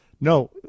no